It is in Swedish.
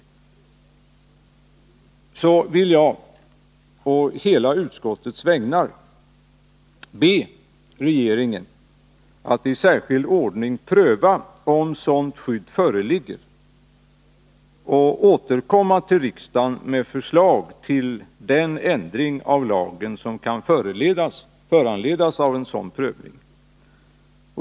Jag vill därför på hela utskottets vägnar be regeringen att i särskild ordning pröva om sådant skydd föreligger och återkomma till riksdagen med förslag till den ändring av lagen som kan föranledas av en sådan prövning.